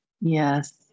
Yes